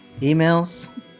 emails